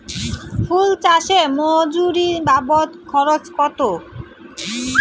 ফুল চাষে মজুরি বাবদ খরচ কত?